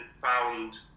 found